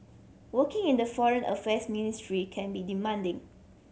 working in the Foreign Affairs Ministry can be demanding